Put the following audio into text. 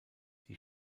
die